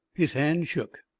his hand shook,